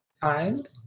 find